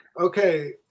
Okay